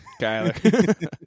kyler